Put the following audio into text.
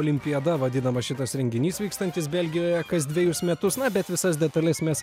olimpiada vadinamas šitas renginys vykstantis belgijoje kas dvejus metus na bet visas detales mes